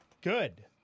Good